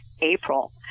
April